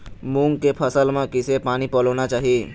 मूंग के फसल म किसे पानी पलोना चाही?